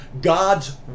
God's